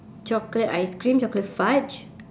chocolate ice cream chocolate fudge